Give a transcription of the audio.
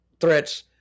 threats